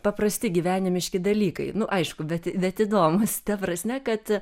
paprasti gyvenimiški dalykai nu aišku bet bet įdomūs ta prasme kad